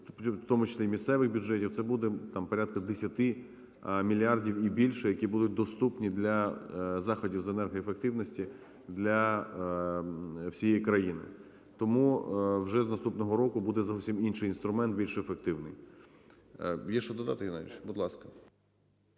в тому числі і місцевих бюджетів, це буде, там, порядка 10 мільярдів і більше, які будуть доступні для заходів з енергоефективності для всієї країни. Тому вже з наступного року буде зовсім інший інструмент, більш ефективний.